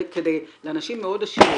אנשים מאוד עשירים,